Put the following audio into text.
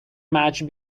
match